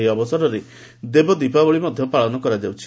ଏହି ଅବସରରେ ଦେବ ଦୀପାବଳୀ ମଧ୍ୟ ପାଳନ କରାଯାଉଛି